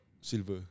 silver